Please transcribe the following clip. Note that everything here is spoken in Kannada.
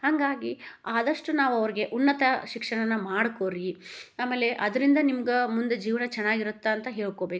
ಹಾಗಾಗಿ ಆದಷ್ಟು ನಾವು ಅವ್ರಿಗೆ ಉನ್ನತ ಶಿಕ್ಷಣನ ಮಾಡ್ಕೋಳ್ರಿ ಆಮೇಲೆ ಅದರಿಂದ ನಿಮ್ಗೆ ಮುಂದೆ ಜೀವನ ಚೆನ್ನಾಗಿರತ್ತೆ ಅಂತ ಹೇಳ್ಕೊಬೇಕು